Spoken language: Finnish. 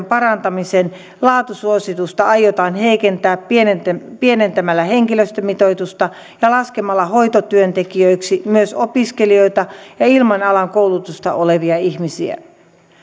parantamisen laatusuositusta aiotaan heikentää pienentämällä pienentämällä henkilöstömitoitusta ja laskemalla hoitotyöntekijöiksi myös opiskelijoita ja ilman alan koulutusta olevia ihmisiä